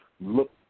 look